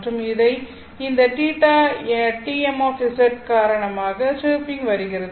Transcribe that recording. மற்றும் இந்த θtm காரணமாக சிர்பிங் வருகிறது